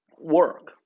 work